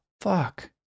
fuck